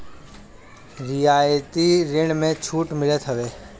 रियायती ऋण में छूट मिलत हवे